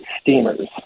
Steamers